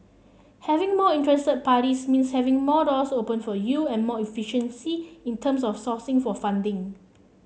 having more interested parties means having more out doors open for you and more efficiency in terms of sourcing for funding